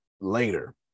later